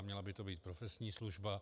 Měla by to být profesní služba.